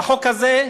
והחוק הזה,